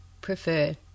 prefer